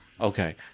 Okay